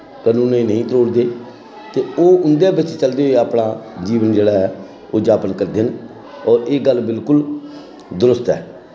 कनूनें गी नेईं तरोड़दे ते ओह् उं'दे बिच्च चलदे होई अपना जीवन जेह्ड़ा ऐ ओह् जापन करदे न होर एह् गल्ल बिल्कुल दरुस्त ऐ